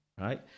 right